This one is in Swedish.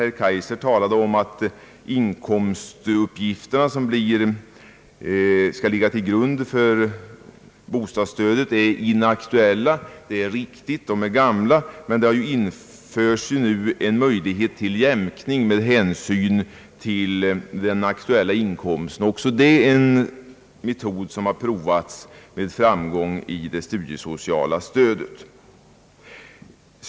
Herr Kaijser talade om att de inkomstuppgifter som skall ligga till grund för bostadsstödet är inaktuella. Det är riktigt, de är gamla. Men nu införes en möjlighet till jämkning med hänsyn till den aktuella inkomsten. Också detta är en metod som med framgång prövats vad gäller det studiesociala stödet.